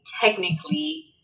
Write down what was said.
technically